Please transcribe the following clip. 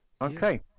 Okay